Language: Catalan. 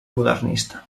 modernista